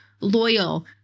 loyal